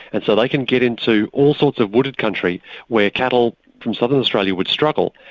and so they can get into all sorts of wooded country where cattle from southern australia would struggle.